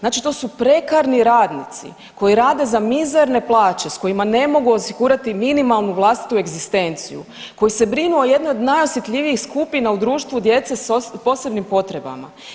Znači to su prekarni radnici koji rade za mizerne plaće s kojima ne mogu osigurati minimalnu vlastitu egzistenciju, koji se brinu o jednoj od najosjetljivijih skupina u društvu djece s posebnim potrebama.